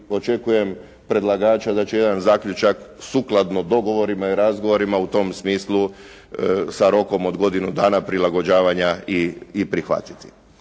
očekujem od predlagača da će jedan zaključak sukladno dogovorima i razgovorima u tom smislu sa rokom od godinu dana prilagođavanja i prihvatiti.